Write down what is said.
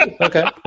Okay